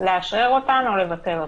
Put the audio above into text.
לאשרר אותן או לבטל אותן.